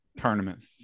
tournaments